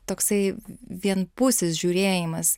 toksai vienpusis žiūrėjimas